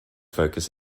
focus